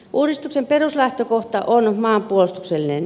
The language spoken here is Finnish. uudistuksen peruslähtökohta on maanpuolustuksellinen